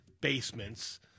basements